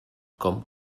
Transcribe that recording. com